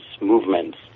movements